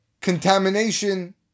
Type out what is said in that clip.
contamination